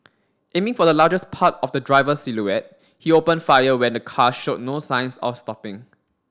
aiming for the largest part of the driver's silhouette he opened fire when the car showed no signs of stopping